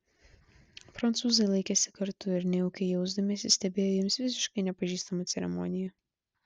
prancūzai laikėsi kartu ir nejaukiai jausdamiesi stebėjo jiems visiškai nepažįstamą ceremoniją